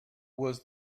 was